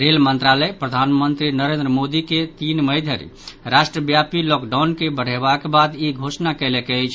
rail मंत्रालय प्रधानमंत्री नरेन्द्र मोदी के तीन मई धरि राष्ट्रव्यापी लॉकडाउन के बढ़यलाक बाद ई घोषणा कयलक अछि